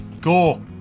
Cool